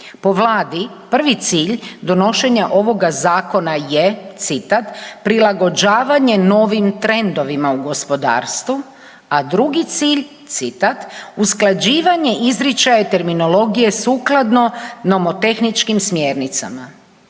po Vladi prvi cilj donošenja ovoga zakona je citat „prilagođavanje novim trendovima u gospodarstvu“, sa drugi cilj citat „usklađivanje izričaja terminologije sukladno nomotehničkim smjernicama“.